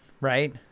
Right